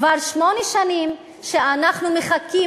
כבר שמונה שנים אנחנו מחכים,